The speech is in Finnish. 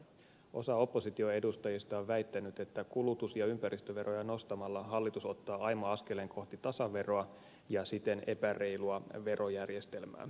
osa opposition edustajista on väittänyt että kulutus ja ympäristöveroja nostamalla hallitus ottaa aimo askelen kohti tasaveroa ja siten epäreilua verojärjestelmää